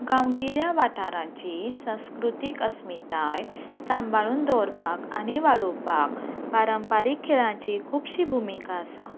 गांवगिऱ्या वाठाराची संस्कृतीक अस्मिताय सांबाळून दवरपाक आनी वाडोवपाक पारंपारीक खेळांची खुबशी भुमिका आसा